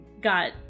got